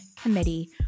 committee